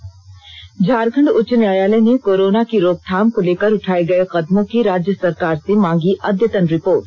त् झारखंड उच्च न्यायालय ने कोरोना की रोकथाम को लेकर उठाए गए कदमों की राज्य सरकार से मांगी अद्यतन रिपोर्ट